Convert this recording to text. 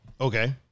Okay